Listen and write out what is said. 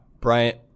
Bryant